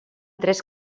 tres